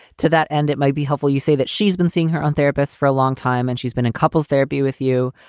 to that end, it might be helpful to say that she's been seeing her own therapist for a long time and she's been in couples therapy with you.